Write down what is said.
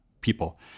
people